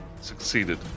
succeeded